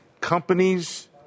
companies